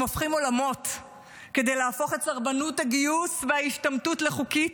הם הופכים עולמות כדי להפוך את סרבנות הגיוס וההשתמטות לחוקית,